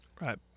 right